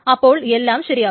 അപ്പോൾ എല്ലാം ശരിയാകും